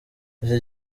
iki